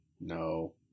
No